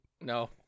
No